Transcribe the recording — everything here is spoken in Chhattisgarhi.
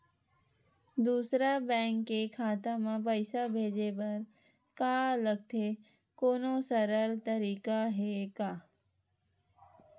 दूसरा बैंक के खाता मा पईसा भेजे बर का लगथे कोनो सरल तरीका हे का?